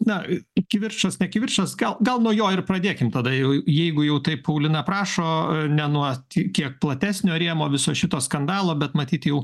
na kivirčas ne kivirčas gal gal nuo jo ir pradėkim tada jau jeigu jau taip paulina prašo ne nuo kiek platesnio rėmo viso šito skandalo bet matyt jau